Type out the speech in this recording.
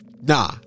nah